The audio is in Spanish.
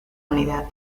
unidad